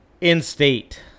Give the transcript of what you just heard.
in-state